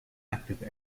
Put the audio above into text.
active